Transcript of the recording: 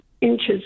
inches